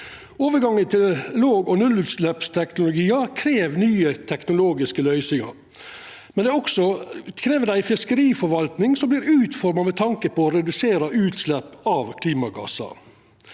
Overgangen til låg- og nullutsleppsteknologi krev nye teknologiske løysingar, men det krev også ei fiskeriforvalting som vert utforma med tanke på å redusera utslepp av klimagassar.